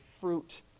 fruit